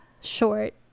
short